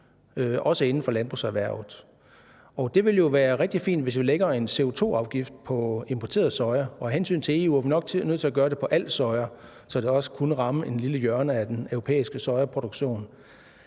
også inden for landbrugserhvervet, og det vil jo være rigtig fint, hvis vi lægger en CO₂-afgift på importeret soja, og af hensyn til EU er vi nok nødt til at gøre det på al soja, så det også kunne ramme et lille hjørne af den europæiske sojaproduktion.